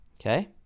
okay